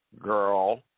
girl